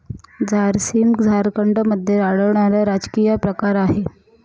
झारसीम झारखंडमध्ये आढळणारा राजकीय प्रकार आहे